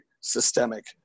systemic